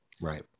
Right